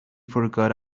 forgot